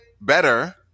better